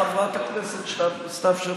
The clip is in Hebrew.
חברת הכנסת סתיו שפיר?